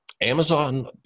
Amazon